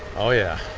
oh yeah.